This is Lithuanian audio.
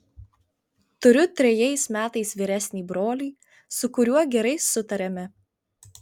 turiu trejais metais vyresnį brolį su kuriuo gerai sutariame